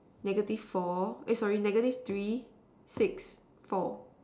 negative four eh sorry negative three six four